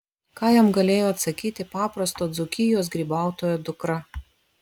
ką jam galėjo atsakyti paprasto dzūkijos grybautojo dukra